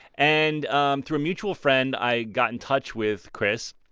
and um through a mutual friend, i got in touch with chris.